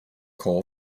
coal